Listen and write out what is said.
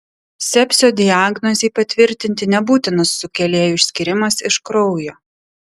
sepsio diagnozei patvirtinti nebūtinas sukėlėjų išskyrimas iš kraujo